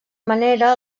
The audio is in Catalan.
manera